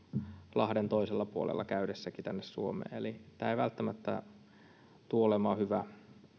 lahden toisella puolella käydessäkin tänne suomeen eli tämä ei välttämättä tule olemaan hyvä